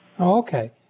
Okay